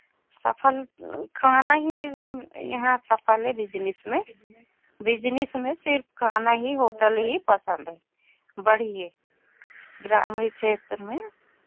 सफ़ल खाना ही यहाँ सफ़ल है बिज़नेस में बिज़नेस में सिर्फ खाना ही होटल ही पसंद है बढ़ियेँ ग्रामीण क्षेत्र में